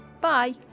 bye